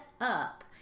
up